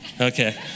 Okay